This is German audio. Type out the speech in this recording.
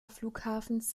flughafens